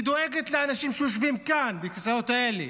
היא דואגת לאנשים שיושבים כאן, בכיסאות האלה,